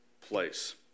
place